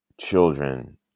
children